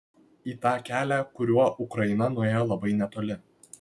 į tą kelią kuriuo ukraina nuėjo labai netoli